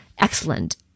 excellent